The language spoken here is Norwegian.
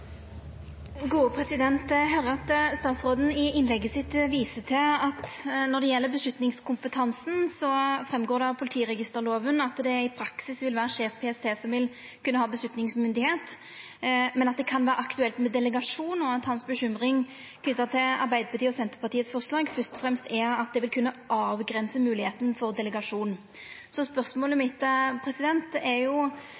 at statsråden i innlegget sitt viser til at når det gjeld avgjerdskompetansen, går det fram av politiregisterloven at det i praksis vil vera sjef PST som vil kunna ha avgjerdsmakt, men at det kan vera aktuelt med delegering, og at hans bekymring knytt til Arbeidarpartiet og Senterpartiet sitt forslag først og fremst er at det vil kunna avgrensa moglegheita for delegering. Spørsmålet